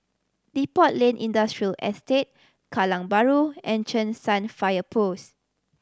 Depot Lane Industrial Estate Kallang Bahru and Cheng San Fire Post